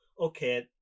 Okay